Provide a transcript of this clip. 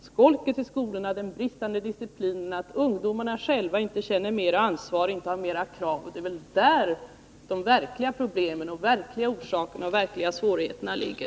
Skolket i skolorna, den bristande disciplinen och det faktum att ungdomarna inte själva känner mera ansvar och inte har mera krav på sig — det är där de verkliga problemen och de verkliga svårigheterna ligger.